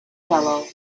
yellow